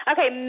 Okay